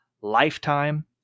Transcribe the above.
Lifetime